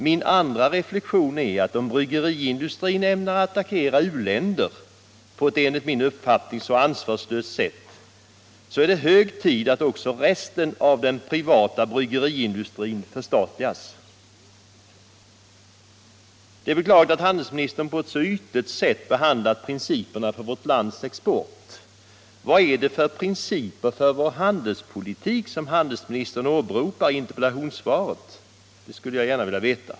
Min andra reflexion är att om bryggeriindustrin ämnar attackera uländer på ett enligt min uppfattning så ansvarslöst sätt, är det hög tid att också resten av den privata bryggeriindustrin förstatligas. Det är beklagligt att handelsministern på ett så ytligt sätt behandlat principerna för vårt lands export. Vad det är för principer för vår handelspolitik som handelsministern åberopar i interpellationssvaret? Det skulle jag gärna vilja veta.